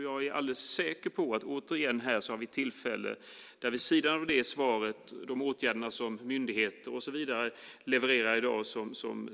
Jag är alldeles säker på att vi återigen här har tillfälle till att få något mer vid sidan om svaret om de åtgärder som myndigheter och så vidare levererar i dag.